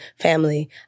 family